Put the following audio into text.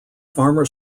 farmer